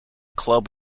club